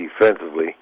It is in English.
defensively